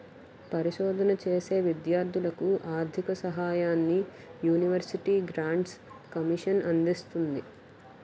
పరిశోధన చేసే విద్యార్ధులకు ఆర్ధిక సహాయాన్ని యూనివర్సిటీ గ్రాంట్స్ కమిషన్ అందిస్తుంది